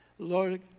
Lord